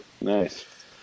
Nice